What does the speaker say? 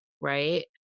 right